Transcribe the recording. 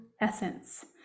essence